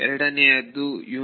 ಎರಡನೆಯದು ಇದು